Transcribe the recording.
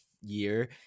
year